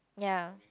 ya